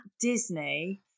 disney